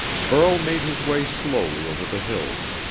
burl made his way slowly over the hills.